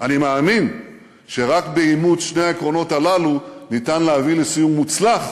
אני מאמין שרק באימוץ שני העקרונות הללו ניתן להביא לסיום מוצלח